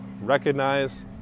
recognize